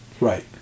Right